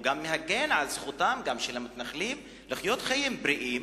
הוא מגן גם על זכותם של המתנחלים לחיות חיים בריאים